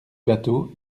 bâteau